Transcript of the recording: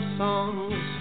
songs